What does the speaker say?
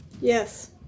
Yes